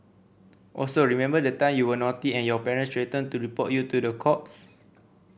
also remember the time you were naughty and your parents threatened to report you to the cops